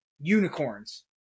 unicorns